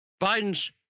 Biden's